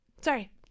Sorry